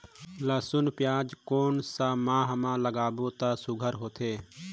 लसुन पियाज कोन सा माह म लागाबो त सुघ्घर होथे?